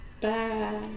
Bye